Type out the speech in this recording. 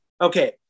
okay